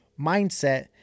mindset